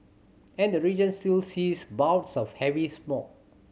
and the region still sees bouts of heavy smog